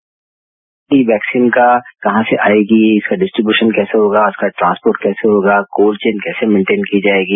bite vaccine का कहां से आएगी इसका डिस्ट्रीब्यूशन कैसे होगा इसका ट्रांसपोर्ट कैसे होगा कोल्ड चौन कैसे मेनटेन की जाएगी